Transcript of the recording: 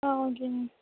ah okay ma'am